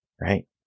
right